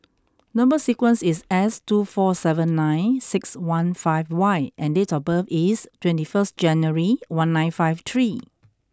number sequence is S two four seven nine six one five Y and date of birth is twenty first January one nine five three